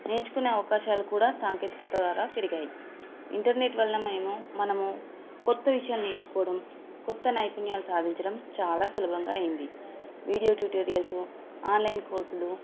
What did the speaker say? నేర్చుకునే అవకాశాలు కూడా సాంకేతికత ద్వారా పెరిగాయి ఇంటర్నెట్ వలన మేము మనము కొత్త విషయాలు నేర్చుకోవడం కొత్త నైపుణ్యాలు సాధించడం చాలా సులభంగా అయింది వీడియో ట్యూటోరియల్స్ ఆన్లైన్ కోర్సులు